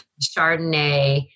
chardonnay